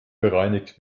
gereinigt